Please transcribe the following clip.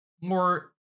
more